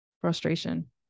frustration